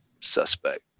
suspect